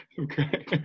Okay